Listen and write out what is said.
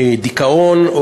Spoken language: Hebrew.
דיכאון,